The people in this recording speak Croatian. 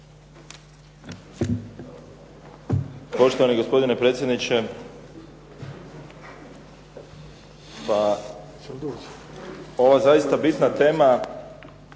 Poštovani gospodine predsjedniče pa ova zaista bitna tema